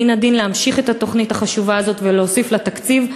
מן הדין להמשיך את התוכנית החשובה הזאת ולהוסיף לה תקציב.